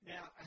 Now